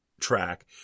track